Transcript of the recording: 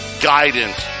guidance